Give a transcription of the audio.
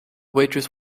waitress